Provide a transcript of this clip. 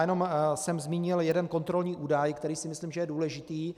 Jenom jsem zmínil jeden kontrolní údaj, který si myslím, že je důležitý.